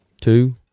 two